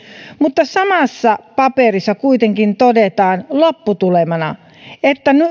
mutta samassa paperissa kuitenkin todetaan lopputulemana että